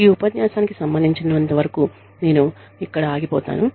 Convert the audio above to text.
ఈ ఉపన్యాసానికి సంబంధించినంతవరకు నేను ఇక్కడే ఆగిపోతాను